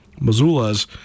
Missoula's